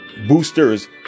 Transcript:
Boosters